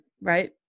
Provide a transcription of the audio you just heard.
Right